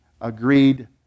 agreed